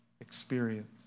experience